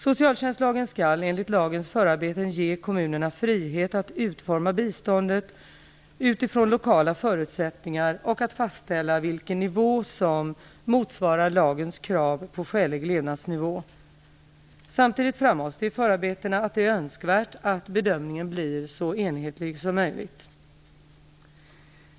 Socialtjänstlagen skall enligt lagens förarbeten ge kommunerna frihet att utforma biståndet utifrån lokala förutsättningar och att fastställa vilken nivå som motsvarar lagens krav på skälig levnadsnivå. Samtidigt framhålls det i förarbetena att det är önskvärt att bedömningen blir så enhetlig som möjligt.